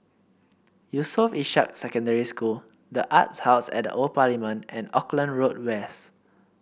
Yusof Ishak Secondary School the Arts House at The Old Parliament and Auckland Road West